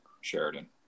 Sheridan